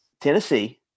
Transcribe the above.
Tennessee